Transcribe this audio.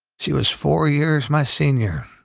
she was four years my senior,